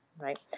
right